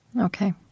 Okay